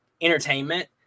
entertainment